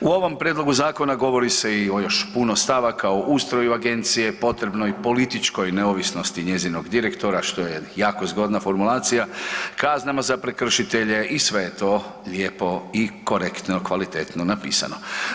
U ovom prijedlogu zakona govori se i o još puno stavaka o ustroju agencije, potrebnoj političkoj neovisnosti njezinog direktora što je jako zgodna formulacija, kaznama za prekršitelje i sve je to lijepo i korektno, kvalitetno napisano.